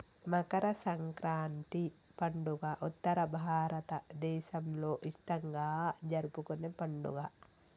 మకర సంక్రాతి పండుగ ఉత్తర భారతదేసంలో ఇష్టంగా జరుపుకునే పండుగ